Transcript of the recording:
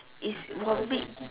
it will make